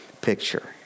picture